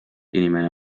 inimene